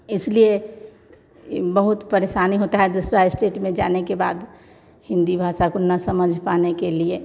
इसलिए बहुत परेशानी होता है दूसरा इस्टेट में जाने के बाद हिन्दी भाषा को न समझ पाने के लिए